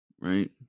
right